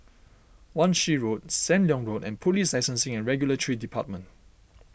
Wan Shih Road Sam Leong Road and Police Licensing and Regulatory Department